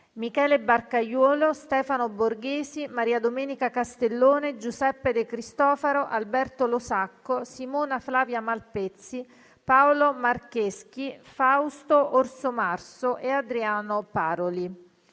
Michele Barcaiuolo, Stefano Borghesi, Maria Domenica Castellone, Giuseppe De Cristofaro, Alberto Losacco, Simona Flavia Malpezzi, Paolo Marcheschi, Fausto Orsomarso e Adriano Paroli.